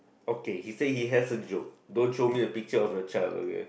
okay he said he has a joke don't show me the picture of a child okay